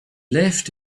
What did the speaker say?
left